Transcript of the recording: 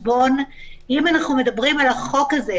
אם אנחנו מדברים על החוק הזה,